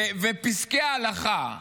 פסקי ההלכה,